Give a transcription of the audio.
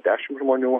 dešimt žmonių